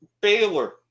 Baylor